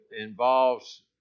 involves